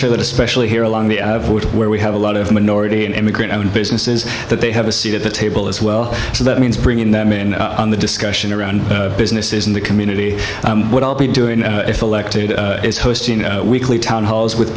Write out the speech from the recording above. sure that especially here along the i vote where we have a lot of minority and immigrant owned businesses that they have a seat at the table as well so that means bringing them in on the discussion around businesses in the community what i'll be doing if elected is hosting a weekly town hall is with